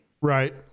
right